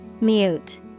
Mute